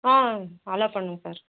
ஆ allow பண்ணுவேன் sir